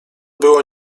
było